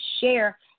share